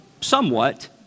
Somewhat